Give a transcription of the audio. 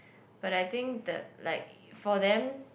but I think the like for them